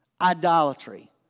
Idolatry